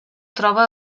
troba